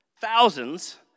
thousands